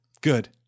good